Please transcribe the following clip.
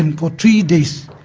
and for three days.